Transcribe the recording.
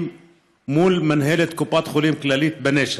מול מינהלת קופת חולים כללית בנשר,